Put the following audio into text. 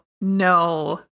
no